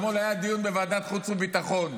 אתמול היה דיון בוועדת חוץ וביטחון,